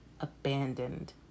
abandoned